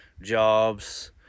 jobs